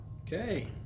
Okay